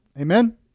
Amen